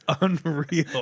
unreal